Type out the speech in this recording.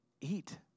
Eat